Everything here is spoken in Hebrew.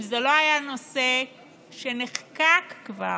אם זה לא היה נושא שנחקק כבר,